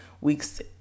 weeks